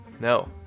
No